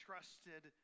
trusted